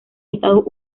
estados